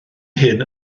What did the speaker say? hyn